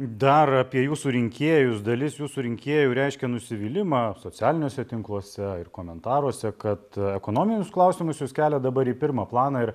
dar apie jūsų rinkėjus dalis jūsų rinkėjų reiškia nusivylimą socialiniuose tinkluose ir komentaruose kad ekonominius klausimus jūs keliat dabar į pirmą planą ir